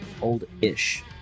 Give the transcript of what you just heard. old-ish